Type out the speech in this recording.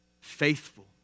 Faithful